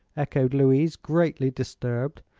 echoed louise, greatly disturbed.